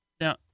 Now